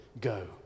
go